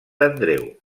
andreu